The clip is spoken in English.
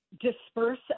disperse